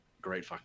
great